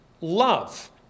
love